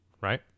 right